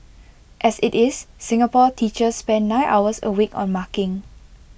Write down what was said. as IT is Singapore teachers spend nine hours A week on marking